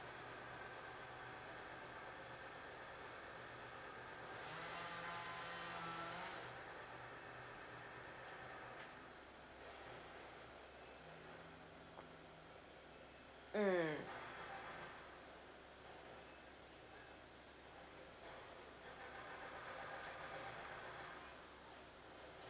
mm